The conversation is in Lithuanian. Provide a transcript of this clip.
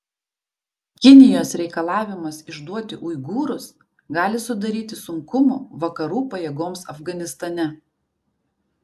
kinijos reikalavimas išduoti uigūrus gali sudaryti sunkumų vakarų pajėgoms afganistane